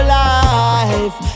life